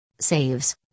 Saves